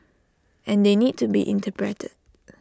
and they need to be interpreted